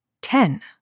Ten